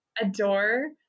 adore